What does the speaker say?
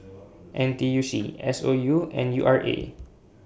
N T U C S O U and U R A